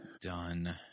Done